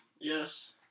Yes